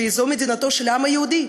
שזו מדינתו של העם היהודי.